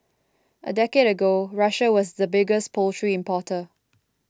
a decade ago Russia was the biggest poultry importer